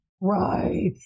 Right